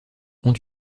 ont